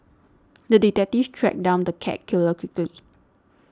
the detective tracked down the cat killer quickly